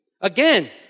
Again